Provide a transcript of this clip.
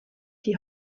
die